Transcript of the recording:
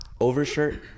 overshirt